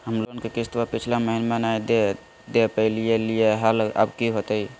हम लोन के किस्तवा पिछला महिनवा नई दे दे पई लिए लिए हल, अब की होतई?